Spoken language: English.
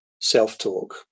self-talk